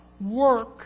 work